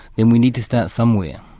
then we need to start somewhere.